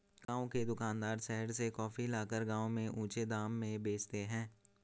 गांव के दुकानदार शहर से कॉफी लाकर गांव में ऊंचे दाम में बेचते हैं